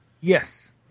Yes